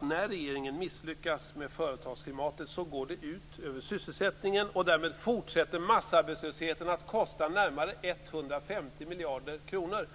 När regeringen misslyckas med företagsklimatet går det ut över sysselsättningen. Därmed fortsätter massarbetslösheten att kosta närmare 150 miljarder kronor.